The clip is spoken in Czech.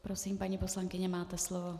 Prosím, paní poslankyně, máte slovo.